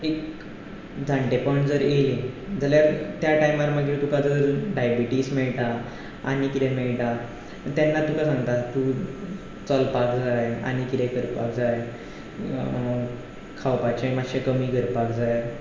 एक जाणटेपण जर येलें जाल्यार त्या टायमार मागीर तुका जर डायबॅटीज मेळटा आनी कितें मेळटा तेन्ना तुका सांगता तूं चलपाक जाय आनी कितें करपाक जाय खावपाचें मातशें कमी करपाक जाय